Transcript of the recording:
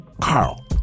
Carl